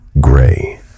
gray